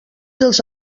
dels